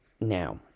now